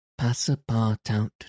Passapartout